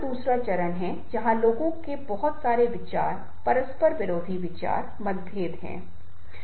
तीन प्रेरक कारक को प्रभावी रूपसे उपयोग करते हुये टीम के सदस्य को कैसे प्रेरित करे और तीन प्रेरक कारक क्या हैं